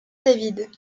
david